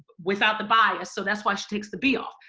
without the bias so that's why she takes the b off,